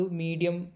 medium